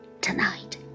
tonight